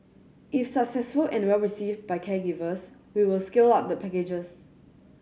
if successful and well received by caregivers we will scale up the packages